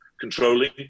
controlling